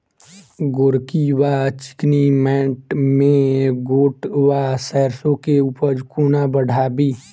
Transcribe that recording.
गोरकी वा चिकनी मैंट मे गोट वा सैरसो केँ उपज कोना बढ़ाबी?